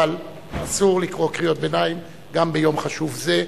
אבל אסור לקרוא קריאות ביניים גם ביום חשוב זה.